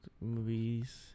Movies